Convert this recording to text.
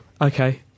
Okay